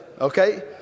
Okay